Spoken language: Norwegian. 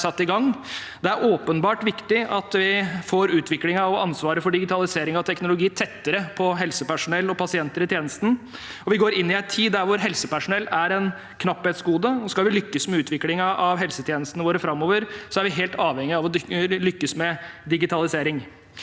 Det er åpenbart viktig at vi får utviklingen av og ansvaret for digitalisering og teknologi tettere på helsepersonell og pasienter i tjenesten. Vi går inn i en tid hvor helsepersonell er et knapphetsgode, og skal vi lykkes med utviklingen av helsetjenestene våre framover, er vi helt avhengige av å lykkes med digitalisering.